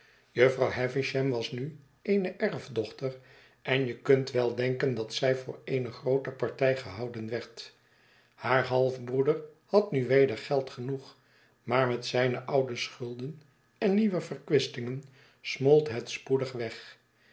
jufvrouw havisham was nu eene erfdochter en je kunt wel denken dat zij voor eene groote partij gehouden werd haar halfbroeder had nu weder geld genoeg maar met zijne oude schulden en nieuwe verkwistingen smolt het spoedig weg